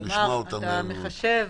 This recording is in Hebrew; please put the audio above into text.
כלומר, אתה מחשב